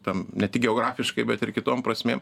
tam ne tik geografiškai bet ir kitom prasmėm